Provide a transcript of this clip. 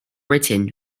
written